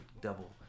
double